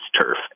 turf